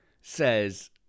says